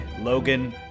Logan